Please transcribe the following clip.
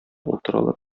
утыралар